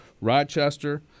Rochester